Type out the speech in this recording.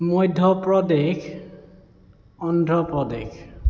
Madhya Pradesh Andhra Pradesh